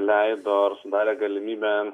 leido ar sudarė galimybę